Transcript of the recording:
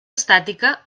estàtica